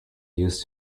used